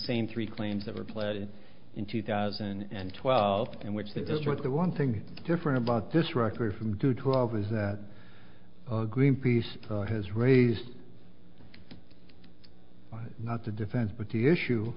same three claims that were played in two thousand and twelve and which that is what the one thing different about this record from two twelve is that greenpeace has raised not the defense but the issue